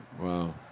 Wow